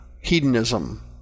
hedonism